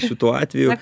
šituo atveju